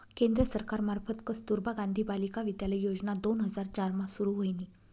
केंद्र सरकार मार्फत कस्तुरबा गांधी बालिका विद्यालय योजना दोन हजार चार मा सुरू व्हयनी